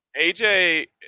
AJ